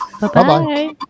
Bye-bye